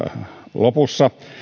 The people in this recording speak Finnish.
lopussa